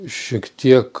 šiek tiek